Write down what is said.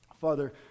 Father